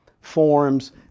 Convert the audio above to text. forms